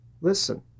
Listen